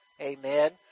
Amen